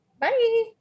Bye